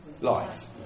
Life